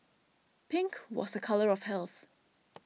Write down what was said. pink was a colour of health